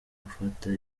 gufata